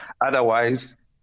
Otherwise